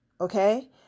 okay